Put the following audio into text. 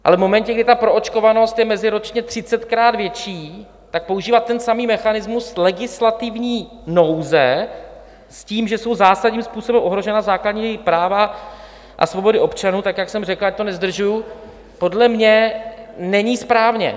Ale v momentě, kdy ta proočkovanost je meziročně 30krát větší, tak používat ten samý mechanismus legislativní nouze s tím, že jsou zásadním způsobem ohrožena základní práva a svobody občanů, tak jak jsem řekl, ať to nezdržuji, podle mě není správně.